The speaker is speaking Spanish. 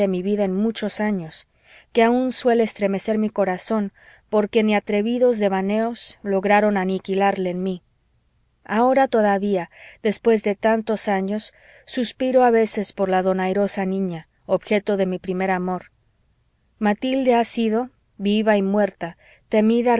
mi alma en muchos años que aun suele estremecer mi corazón porque ni atrevidos devaneos lograron aniquilarle en mí ahora todavía después de tantos años suspiro a veces por la donairosa niña objeto de mi primer amor matilde ha sido viva y muerta temida